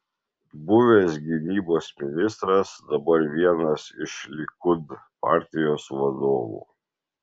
buvęs gynybos ministras dabar vienas iš likud partijos vadovų